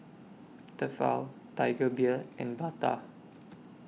Tefal Tiger Beer and Bata